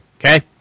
Okay